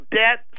debt